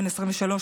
בן 23,